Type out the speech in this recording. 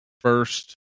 first